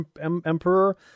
emperor